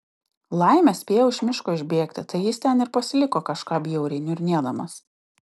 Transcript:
laimė spėjau iš miško išbėgti tai jis ten ir pasiliko kažką bjauriai niurnėdamas